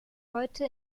heute